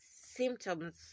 symptoms